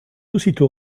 aussitôt